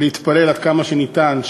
להתפלל עד כמה שניתן,